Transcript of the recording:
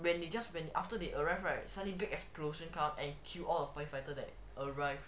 when you just when after they arrived right suddenly big explosion come and kill all the firefighters that arrived